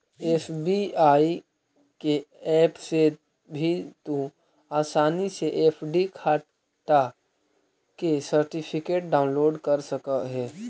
SBI के app से भी तू आसानी से एफ.डी खाटा के सर्टिफिकेट डाउनलोड कर सकऽ हे